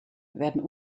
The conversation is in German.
werden